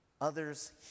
others